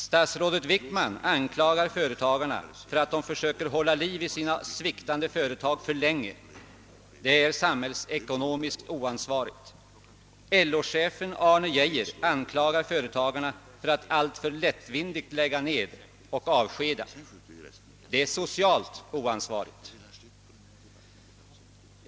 Statsrådet Wickman anklagar företagarna för att försöka hålla liv i sina sviktande företag för länge — det är samhällsekonomiskt oansvarigt. LO-chefen Arne Geijer anklagar företagarna för att alltför lättvindigt lägga ned och avskeda — det är socialt oansvarigt.